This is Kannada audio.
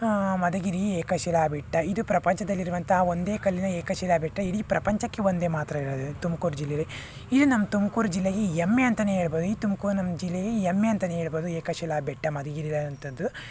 ಮಧುಗಿರಿ ಏಕಶಿಲಾ ಬೆಟ್ಟ ಇದು ಪ್ರಪಂಚದಲ್ಲಿ ಇರುವಂತಹ ಒಂದೇ ಕಲ್ಲಿನ ಏಕಶಿಲಾ ಬೆಟ್ಟ ಇಡೀ ಪ್ರಪಂಚಕ್ಕೆ ಒಂದೇ ಮಾತ್ರ ಇರೋದಿದು ತುಮ್ಕೂರು ಜಿಲ್ಲೆಲಿ ಇದು ನಮ್ಮ ತುಮ್ಕೂರು ಜಿಲ್ಲೆಗೆ ಹೆಮ್ಮೆ ಅಂತಾನೆ ಹೇಳ್ಬೋದು ಈ ತುಮ್ಕೂರು ನಮ್ಮ ಜಿಲ್ಲೆಗೆ ಹೆಮ್ಮೆ ಅಂತಾನೆ ಹೇಳ್ಬೋದು ಏಕಶಿಲಾ ಬೆಟ್ಟ ಮಧುಗಿರಿಯಲ್ಲಿ ಇರೋವಂಥದ್ದು